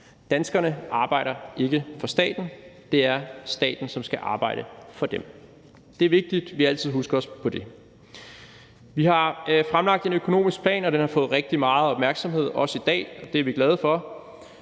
Danskerne arbejder ikke for staten. Det er staten, som skal arbejde for dem. Det er vigtigt, at vi altid husker på det. Vi har fremlagt en økonomisk plan, og den har fået rigtig meget opmærksomhed – også i dag – og det er vi glade for,